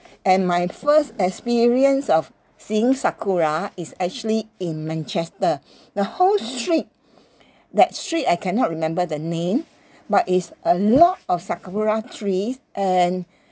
and my first experience of seeing sakura is actually in manchester the whole street that street I cannot remember the name but it's a lot of sakura trees and